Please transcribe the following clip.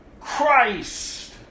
Christ